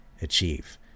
achieve